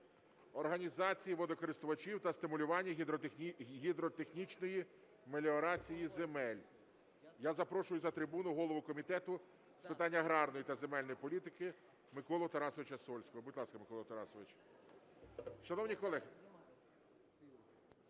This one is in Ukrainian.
організації водокористувачів та стимулювання гідротехнічної меліорації земель. Я запрошую за трибуну голову Комітету з питань аграрної та земельної політики Миколу Тарасовича Сольського, будь ласка. Шановні колеги… Шановні колеги,